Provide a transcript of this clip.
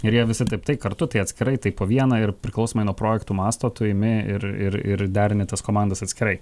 ir jie visi taip tai kartu tai atskirai tai po vieną ir priklausomai nuo projektų masto tu imi ir ir ir derini tas komandas atskirai